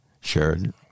shared